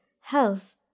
health